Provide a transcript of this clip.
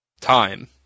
time